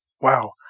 wow